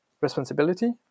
responsibility